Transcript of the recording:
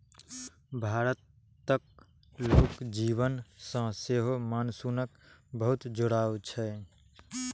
भारतक लोक जीवन सं सेहो मानसूनक बहुत जुड़ाव छै